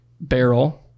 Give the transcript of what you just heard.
barrel